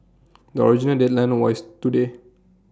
the original deadline was today